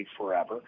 forever